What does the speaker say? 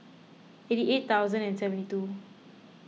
eighty eight thousand and seventy two